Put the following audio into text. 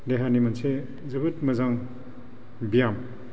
देहानि मोनसे जोबोद मोजां बियाम